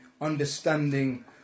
understanding